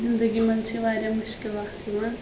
زِندگی منز چھُ واریاہ مُشکِلات یِوان